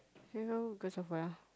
you good of well